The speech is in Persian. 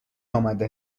آمده